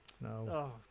No